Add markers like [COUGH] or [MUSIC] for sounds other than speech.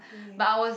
[BREATH] but I was